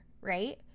right